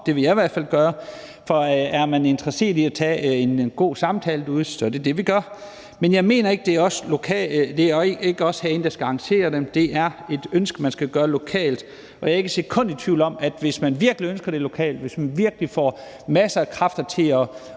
Det vil jeg i hvert fald gøre, for er man interesseret i at tage en god samtale derude, er det det, man gør. Men jeg mener ikke, det er os herinde, der skal arrangere dem. Det er et ønske, man skal have lokalt. Og jeg er ikke et sekund i tvivl om, at hvis man virkelig ønsker det lokalt, hvis man virkelig får masser af kræfter til at